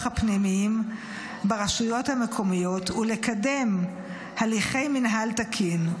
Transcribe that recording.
הפנימיים ברשויות המקומיות ולקדם הליכי מינהל תקין,